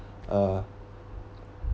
uh